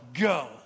go